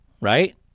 right